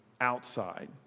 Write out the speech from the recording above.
outside